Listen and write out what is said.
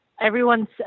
Everyone's